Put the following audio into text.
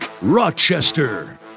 rochester